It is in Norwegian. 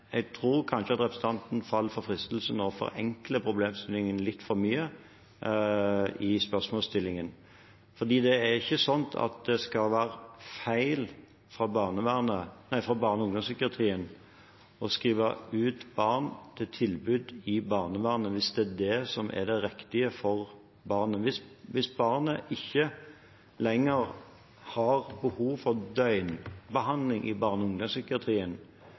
jeg tror kanskje at representanten faller for fristelsen til å forenkle problemstillingen litt for mye i spørsmålsstillingen, for det skal ikke være feil for barne- og ungdomspsykiatrien å skrive ut barn til tilbud i barnevernet hvis det er det som er det riktige for barnet – hvis barnet ikke lenger har behov for døgnbehandling i barne- og ungdomspsykiatrien,